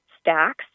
stacks